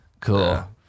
Cool